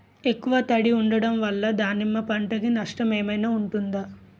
ఎక్కువ తడి ఉండడం వల్ల దానిమ్మ పంట కి నష్టం ఏమైనా ఉంటుందా?